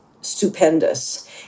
stupendous